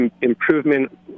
improvement